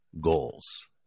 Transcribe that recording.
goals